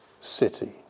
city